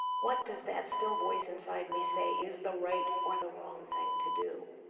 what does that still voice inside me say is the right or the wrong thing to do?